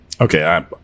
Okay